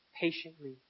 patiently